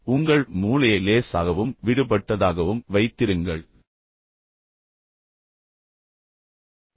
உங்கள் மூளையை லேசாகவும் விடுபட்டதாகவும் வைத்திருங்கள் எப்போதும் உங்கள் மூளையை லேசாகவும் விடுபட்டதாகவும் வைத்திருக்க முடிவு செய்யுங்கள்